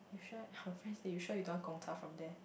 you sure her friends that you sure you don't want Gongcha from there